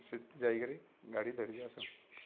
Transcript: ସେଠି ଯାଇକରି ଗାଡ଼ି ଧରିକି ଆସୁ